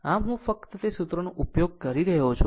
આમ હું ફક્ત તે સૂત્રનો ઉપયોગ કરી શકું છું